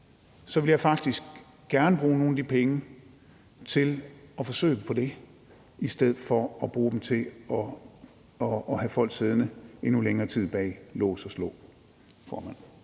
vil jeg faktisk gerne bruge nogle af de penge til at forsøge på det i stedet for at bruge dem til at have folk siddende endnu længere tid bag lås og slå.